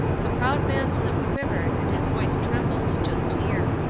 the proud man's lip quivered and his voice trembled, just here.